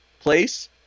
place